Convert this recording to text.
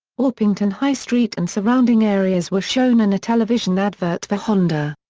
orpington high street and surrounding areas were shown in a television advert for honda.